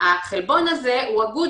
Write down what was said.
החלבון הזה הוא הבחור